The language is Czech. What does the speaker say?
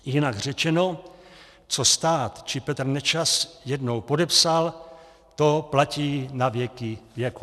Jinak řečeno, co se stát či Petr Nečas jednou podepsal, to platí navěky věků.